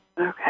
Okay